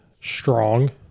strong